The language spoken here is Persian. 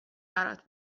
برات